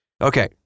Okay